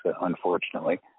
unfortunately